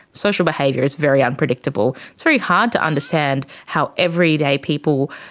social behaviour is very unpredictable. it's very hard to understand how everyday people,